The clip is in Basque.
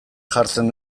jartzen